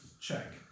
check